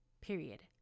period